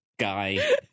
Guy